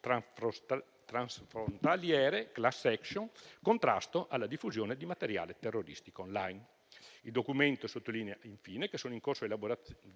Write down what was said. transfrontaliere, *class action*, contrasto alla diffusione di materiale terroristico *online*. Il documento sottolinea infine che sono in corso di elaborazione